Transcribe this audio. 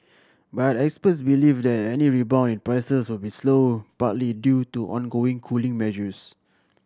but experts believe that any rebound in prices will be slow partly due to ongoing cooling measures